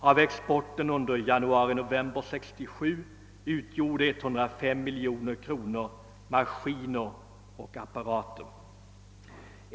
Av exporten under januari-—-november 1967 utgjorde 105 miljoner kronor värdet av maskiner och apparater.